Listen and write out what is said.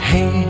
Hey